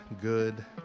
good